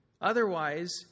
Otherwise